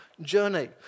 journey